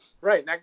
Right